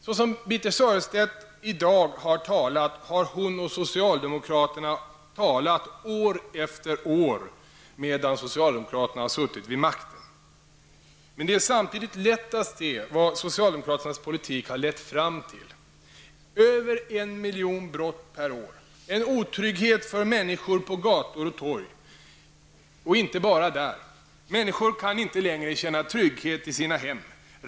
Såsom Birthe Sörestedth i dag har talat har hon talat år efter år, medan socialdemokraterna har suttit vid makten. Men det är samtidigt lätt att se vad socialdemokraternas politik har lett fram till. Över en miljon brott per år, en otrygghet för människor på gator och torg, och inte bara där. Människor kan inte längre känna trygghet i sina hem.